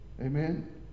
Amen